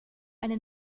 eine